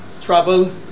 travel